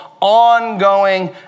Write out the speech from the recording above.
ongoing